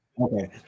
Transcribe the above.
Okay